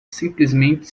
simplesmente